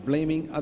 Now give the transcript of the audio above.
Blaming